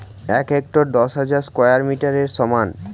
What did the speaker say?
এক হেক্টার দশ হাজার স্কয়ার মিটারের সমান